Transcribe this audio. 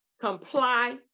comply